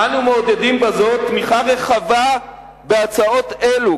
אנו מעודדים בזאת תמיכה רחבה בהצעות אלו,